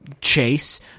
Chase